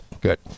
good